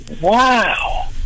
wow